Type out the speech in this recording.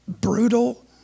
brutal